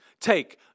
take